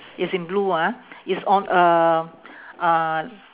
it's in blue ah it's on uh uh